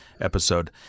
episode